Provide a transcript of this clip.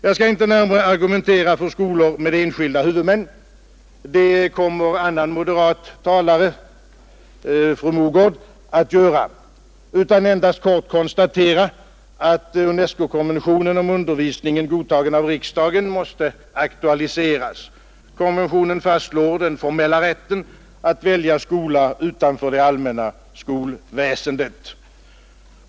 Jag skall inte närmare argumentera för skolor med enskilda huvudmän — det kommer en annan moderat talare, fru Mogård, att göra — utan endast kort konstatera att UNESCO-konventionen om undervisning, godtagen av riksdagen, måste aktualiseras. Konventionen fastslår den formella rätten att välja skola utanför det allmänna skolväsendet.